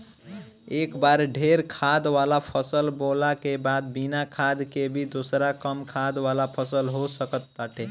एक बेर ढेर खाद वाला फसल बोअला के बाद बिना खाद के भी दोसर कम खाद वाला फसल हो सकताटे